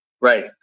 Right